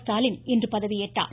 ஸ்டாலின் இன்று பதவியேற்றார்